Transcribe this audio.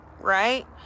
right